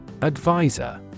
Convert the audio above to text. Advisor